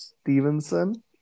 Stevenson